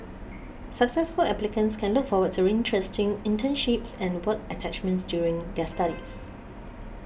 successful applicants can look forward to interesting internships and work attachments during their studies